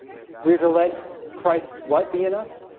we were to let christ's white be in us